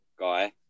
guy